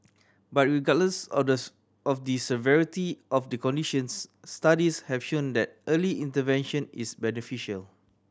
but regardless of the of the severity of the conditions studies have shown that early intervention is beneficial